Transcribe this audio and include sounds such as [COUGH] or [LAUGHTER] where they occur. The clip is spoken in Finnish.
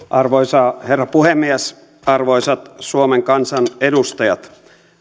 [UNINTELLIGIBLE] arvoisa herra puhemies arvoisat suomen kansan edustajat